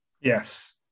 Yes